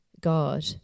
God